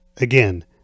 again